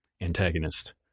antagonist